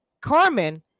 Carmen